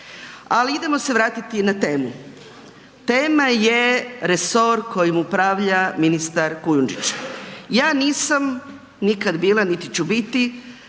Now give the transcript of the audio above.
Ali idemo se vratiti na temu. Tema je resor kojim upravlja ministar Kujundžić. Ja nisam nikad bila niti ću biti